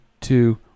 two